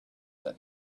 that